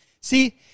See